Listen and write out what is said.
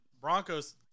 Broncos